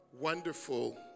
wonderful